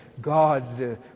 God